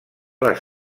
les